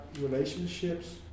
relationships